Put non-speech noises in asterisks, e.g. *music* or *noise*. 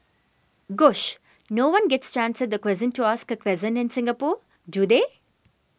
gosh no one gets to answer the question to ask a *unintelligible* in Singapore do they